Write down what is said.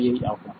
8 vi ஆகும்